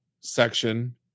section